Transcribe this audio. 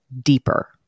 deeper